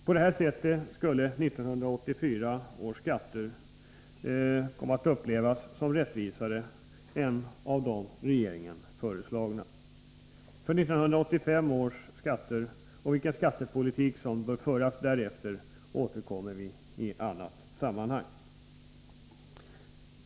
På detta sätt skulle 1984 års skatter komma att upplevas som rättvisare än de av regeringen föreslagna. Till 1985 års skatter och vilken skattepolitik som bör föras därefter återkommer vi i annat sammanhang.